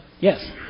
Yes